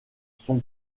son